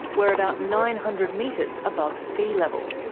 we're about nine hundred metres above sea level.